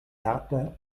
härter